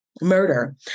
Murder